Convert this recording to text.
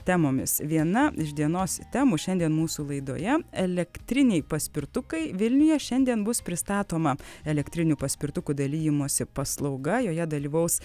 temomis viena iš dienos temų šiandien mūsų laidoje elektriniai paspirtukai vilniuje šiandien bus pristatoma elektrinių paspirtukų dalijimosi paslauga joje dalyvaus